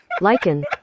Lichen